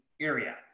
area